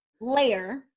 layer